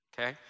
okay